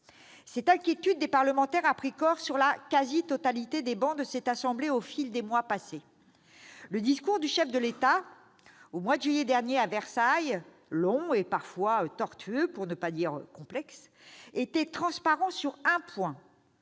Cette inquiétude des parlementaires a pris corps sur la quasi-totalité des travées de cette assemblée au fil des mois passés. Le discours du chef de l'État au mois de juillet dernier à Versailles, long et parfois tortueux, pour ne pas dire complexe, était transparent sur un point